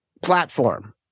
platform